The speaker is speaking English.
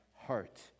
heart